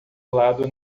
lado